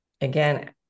again